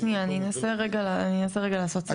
שנייה, אני אנסה לרגע לעשות סדר.